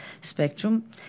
spectrum